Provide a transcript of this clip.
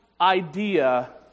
idea